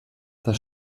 das